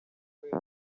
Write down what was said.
kubera